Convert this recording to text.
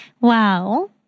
Wow